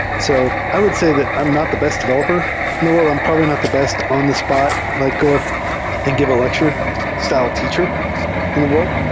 so i would say that i'm not the best developer in the wor ld. i'm probably not the best on the spot like go up and give a lecture style teacher in the wor ld.